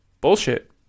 bullshit